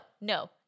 no